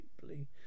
deeply